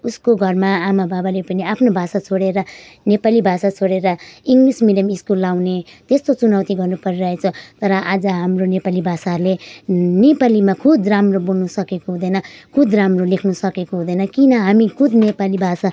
उसको घरमा आमाबाबाले पनि आफ्नो भाषा छोडेर नेपाली भाषा छोडेर इङ्ग्लिस मिडियम स्कुल लगाउने त्यस्तो चुनौती गर्नु परिरहेछ तर आज हाम्रो नेपाली भाषाले नेपालीमा खुद राम्रो बोल्नु सकेको हुँदैन खुद राम्रो लेख्नु सकेको हुँदैन किन हामी खुद नेपाली भाषा